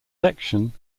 section